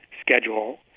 schedule